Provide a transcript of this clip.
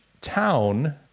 town